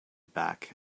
back